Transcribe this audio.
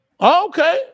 okay